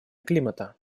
климата